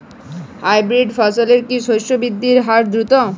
Hybrid ফসলের কি শস্য বৃদ্ধির হার দ্রুত?